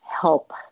help